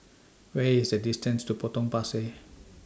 Where IS The distance to Potong Pasir